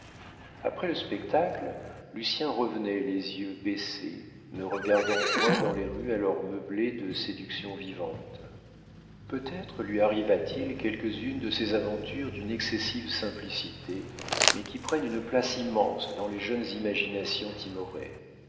après le spectacle lucien revenait les yeux baissés ne regardant point dans les rues alors meublées de séductions vivantes peut-être lui arriva-t-il quelques-unes de ces aventures d'une excessive simplicité mais qui prennent une place immense dans les jeunes imaginations timorées